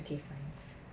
okay fine